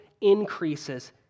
increases